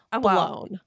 blown